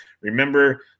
Remember